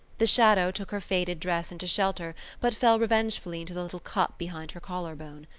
the shadow took her faded dress into shelter but fell revengefully into the little cup behind her collar-bone.